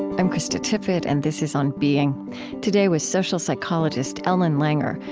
i'm krista tippett, and this is on being today, with social psychologist ellen langer,